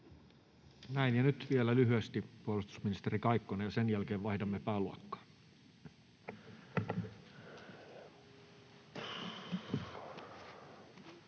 Näin. — Ja nyt vielä lyhyesti puolustusministeri Kaikkonen, ja sen jälkeen vaihdamme pääluokkaa.